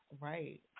Right